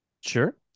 Sure